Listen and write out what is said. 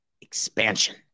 expansion